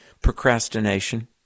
procrastination